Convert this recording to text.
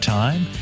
time